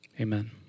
Amen